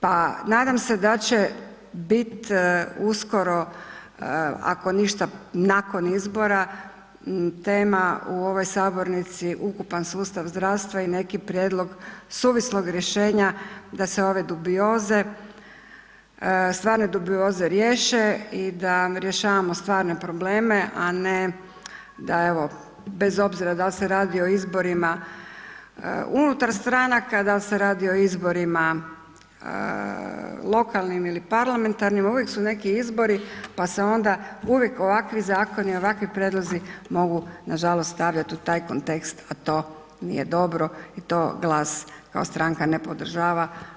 Pa nadam se da će bit uskoro ako ništa nakon izbora tema u ovoj sabornici ukupan sustav zdravstva i neki prijedlog suvislog rješenja da se ove dubioze, stvarne dubioze riješe i da rješavamo stvarne probleme, a ne da evo bez obzira dal se radi o izborima unutar stranaka, dal se radi o izborima lokalnim ili parlamentarnim uvijek su neki izbori pa se onda uvijek ovakvi zakoni i ovakvi prijedlozi mogu nažalost stavljat u taj kontekst, a to nije dobro i to GLAS kao stranka ne podržava.